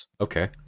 Okay